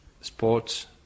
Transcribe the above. sports